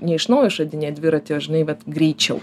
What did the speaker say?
ne iš naujo išradinėt dviratį o žinai vat greičiau